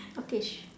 okay sh~